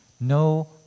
no